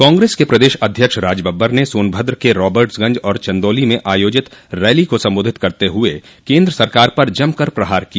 कांग्रेस के प्रदेश अध्यक्ष राजबब्बर ने सोनभद्र के राबटर्सगंज और चंदौली में आयोजित रैली को सम्बोधित करते हुए केन्द्र सरकार पर जमकर प्रहार किया